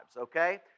okay